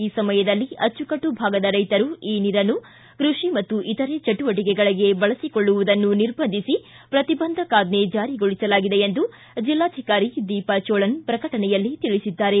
ಈ ಸಮಯದಲ್ಲಿ ಅಚ್ಚುಕಟ್ಟು ಭಾಗದ ರೈತರು ಈ ನೀರನ್ನು ಕೈಷಿ ಮತ್ತು ಇತರೆ ಚಟುವಟಿಕೆಗಳಿಗೆ ಬಳಬಕೊಳ್ಳುವುದನ್ನು ನಿರ್ಬಂಧಿಸಿ ಪ್ರತಿಬಂಧಕಾಜ್ಞೆ ಜಾರಿಗೊಳಿಸಲಾಗಿದೆ ಎಂದು ಜಿಲ್ಲಾಧಿಕಾರಿ ದೀಪಾ ಜೋಳನ್ ಪ್ರಕಟಣೆಯಲ್ಲಿ ತಿಳಿಸಿದ್ದಾರೆ